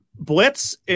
Blitz